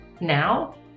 now